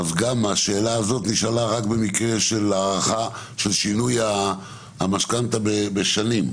גם השאלה הזאת נשאלה במקרה של שינוי המשכנתה בשנים.